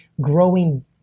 growing